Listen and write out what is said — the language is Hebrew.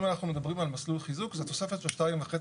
אם אנחנו מדברים על מסלול חיזוק זה תוספת של 2.5 קומות,